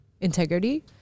integrity